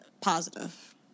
positive